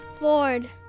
Lord